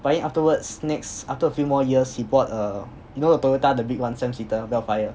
but then afterwards next after a few more years he bought a you know the Toyota the big one seven seater vellfire